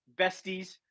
besties